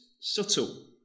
subtle